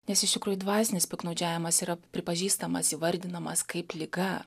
nes iš tikrųjų dvasinis piktnaudžiavimas yra pripažįstamas įvardinamas kaip liga